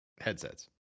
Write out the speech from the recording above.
headsets